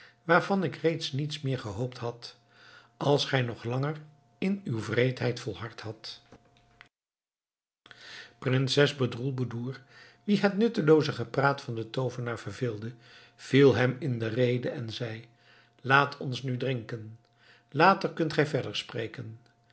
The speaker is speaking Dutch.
waarvan ik reeds niets meer gehoopt had als gij nog langer in uw wreedheid volhard hadt prinses bedroelboedoer wie het nuttelooze gepraat van den toovenaar verveelde viel hem in de rede en zei laat ons nu drinken later kunt gij verder spreken